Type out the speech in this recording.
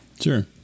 Sure